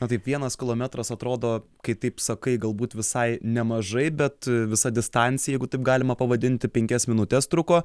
o taip vienas kilometras atrodo kai taip sakai galbūt visai nemažai bet visa distancija jeigu taip galima pavadinti penkias minutes truko